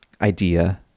idea